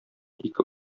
ике